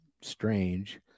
strange